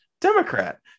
Democrat